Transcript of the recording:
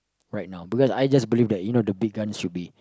right now because I just blame that you know the big gun should be